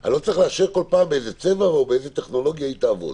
אני לא צריך לאשר כל פעם איזה צבע או באיזו טכנולוגיה היא תעבוד.